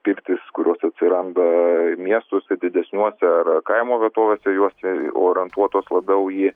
pirtys kurios atsiranda miestuose didesniuose ar ar kaimo vietovėse juos orientuotos labiau į